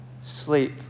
sleep